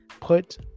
put